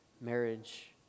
marriage